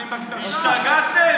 השתגעתם?